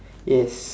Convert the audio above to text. yes